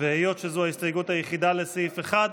היות שזו ההסתייגות היחידה לסעיף 1,